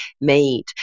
made